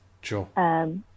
Sure